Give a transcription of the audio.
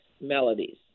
melodies